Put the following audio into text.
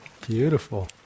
Beautiful